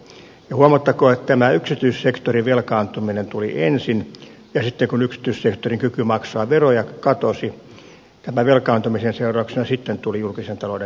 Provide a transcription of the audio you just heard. huomattakoon että tämä yksityissektorin velkaantuminen tuli ensin ja sitten kun yksityissektorin kyky maksaa veroja katosi tämän velkaantumisen seurauksena sitten tuli julkisen talouden velkaantuminen